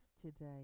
today